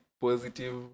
positive